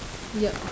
yup